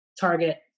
Target